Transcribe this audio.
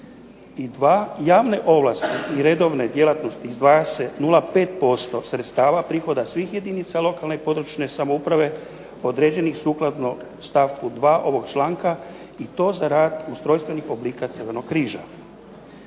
I dva, javne ovlasti i redovne djelatnosti izdvaja se nula pet posto sredstava prihoda svih jedinica lokalne i područne samouprave određenih sukladno stavku dva ovog članka i to za rad ustrojstvenih oblika Crvenog križa.